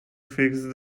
fixed